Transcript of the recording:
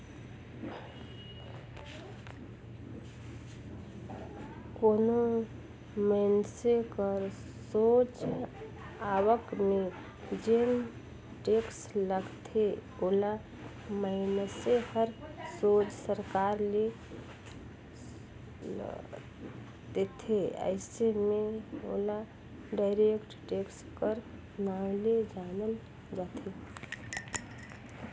कोनो मइनसे कर सोझ आवक में जेन टेक्स लगथे ओला मइनसे हर सोझ सरकार ल देथे अइसे में ओला डायरेक्ट टेक्स कर नांव ले जानल जाथे